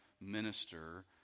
minister